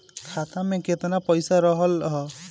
खाता में केतना पइसा रहल ह?